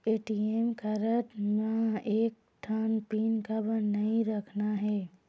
ATM card म एक ठन पिन काबर नई रखना हे?